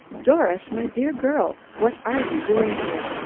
doris, my dear girl, what are you doing here?